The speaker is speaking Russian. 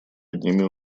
одними